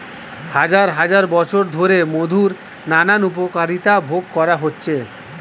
হাজার হাজার বছর ধরে মধুর নানান উপকারিতা ভোগ করা হচ্ছে